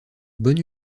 bonne